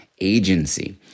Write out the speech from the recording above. Agency